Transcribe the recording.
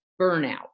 burnout